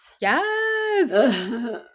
Yes